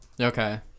Okay